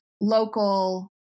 local